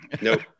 nope